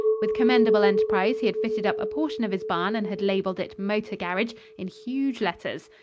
with commendable enterprise he had fitted up a portion of his barn and had labeled it motor garage in huge letters.